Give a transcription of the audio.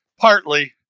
Partly